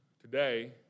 today